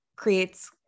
creates